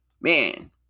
man